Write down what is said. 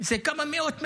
זה כמה מאות מיליונים.